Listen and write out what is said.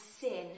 sin